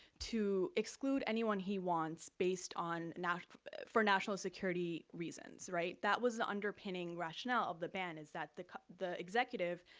to exclude anyone he wants, based on, for national security reasons, right? that was the underpinning rationale of the ban, is that the the executive,